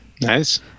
Nice